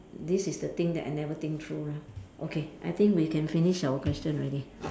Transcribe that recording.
this is the thing that I never think through lah okay I think we can finish all question already